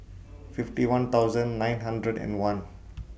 fifty one thousand nine hundred and one